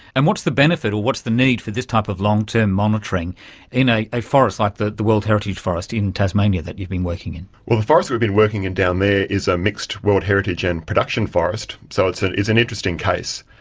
and what's the benefit or what's the need for this type of long-term monitoring in a a forest like the the world heritage forest in tasmania that you've been working in? well, the forest that we've been working in down there is a mixed world heritage and production forest, so it's and it's an interesting case.